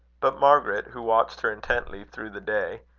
but margaret, who watched her intently through the day,